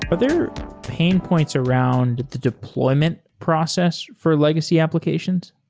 but there are pain points around the deployment process for legacy applications?